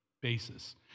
basis